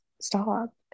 stop